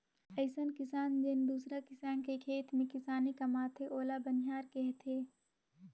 अइसन किसान जेन दूसर किसान के खेत में किसानी कमाथे ओला बनिहार केहथे